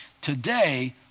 today